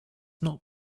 not